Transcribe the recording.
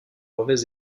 mauvais